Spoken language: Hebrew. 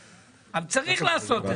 צריך לעשות את זה.